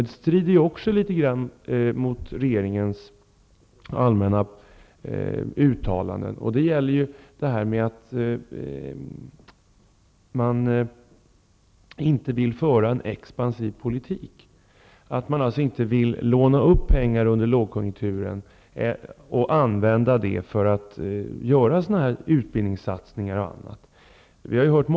Att man inte vill föra en expansiv politik strider också något emot regeringens allmänna uttalanden. Man vill inte låna upp pengar under lågkonjunkturen för utbildningssatsningar m.m.